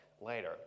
later